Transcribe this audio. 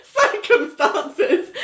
circumstances